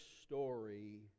story